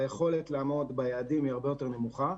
והיכולת לעמוד ביעדים היא הרבה יותר נמוכה,